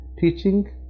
teaching